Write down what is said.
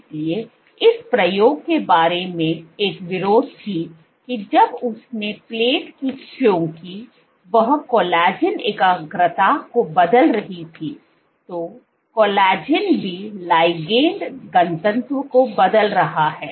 इसलिए इस प्रयोग के बारे में एक विरोध थी कि जब उसने प्लेट की क्योंकि वह कोलेजन एकाग्रता को बदल रही थी तो कोलेजन भी ligand घनत्व को बदल रहा है